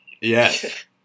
Yes